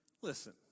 listen